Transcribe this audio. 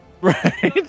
Right